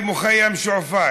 (אומר בערבית: שכונת מחנה הפליטים שועפאט,)